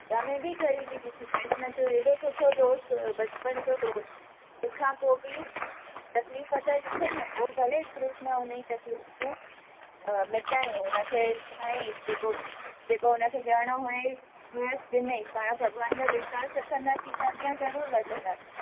सुदामा बि ग़रीबी ॾिठी कृष्ण जो हेॾो सुठो हुयो दोस्त बचपन जो दोस्त तंहिंखां पोइ बि तक़लीफ़ त ॾिठईं न पोइ भले कृष्ण हुनजी तक़लीफ़ियूं मिटायूं हुनखे जेको जेको हुनखे ॾियणु हुयसि ॾिनई पाणि भॻवान में विश्वासु रखंदासीं त अॻियां ज़रूरु वधंदासीं